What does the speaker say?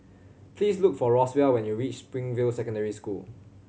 please look for Roswell when you reach Springfield Secondary School